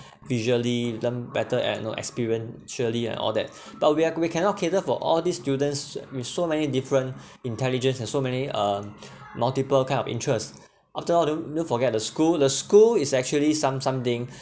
visually learn better and know experience visually and all that but we are we cannot cater for all these students with so many different intelligence and so many uh multiple kind of interest after all do don't forget the school the school is actually some something